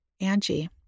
Angie